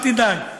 אל תדאג,